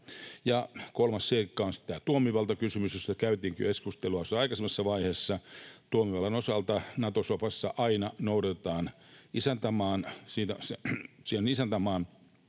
kolmas seikka on sitten tämä tuomiovaltakysymys, josta käytiin keskustelua tuossa aikaisemmassa vaiheessa. Tuomiovallan osalta Nato-sofassa aina noudatetaan isäntämaan